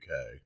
UK